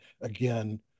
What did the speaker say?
again